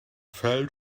fell